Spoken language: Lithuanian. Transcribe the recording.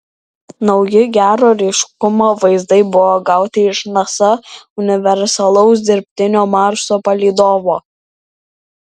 nauji gero ryškumo vaizdai buvo gauti iš nasa universalaus dirbtinio marso palydovo